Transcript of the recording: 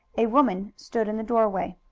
a woman stood in the doorway.